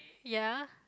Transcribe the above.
ya